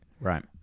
Right